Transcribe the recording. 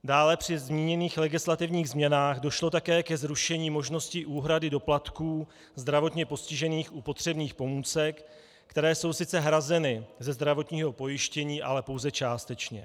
Dále při zmíněných legislativních změnách došlo také ke zrušení možnosti úhrady doplatků zdravotně postižených u potřebných pomůcek, které jsou sice hrazeny ze zdravotního pojištění, ale pouze částečně.